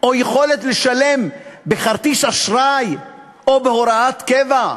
או יכולת לשלם בכרטיס אשראי או בהוראת קבע,